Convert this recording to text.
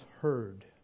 heard